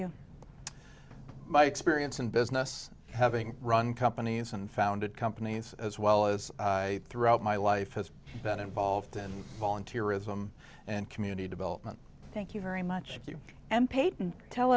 you my experience in business having run companies and founded companies as well as i throughout my life has been involved in volunteerism and community development thank you very much you and peyton tell